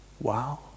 Wow